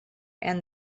and